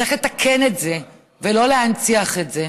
צריך לתקן את זה ולא להנציח את זה.